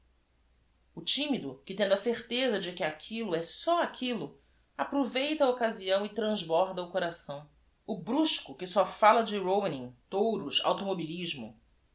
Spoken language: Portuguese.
o que tendo a certeza de que aquillo é só aquillo aproveita a occasião e transborda o coração o brusco que só fala de rowening o sj touros automobilismo o